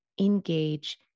engage